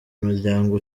muryango